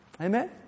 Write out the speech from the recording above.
Amen